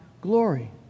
glory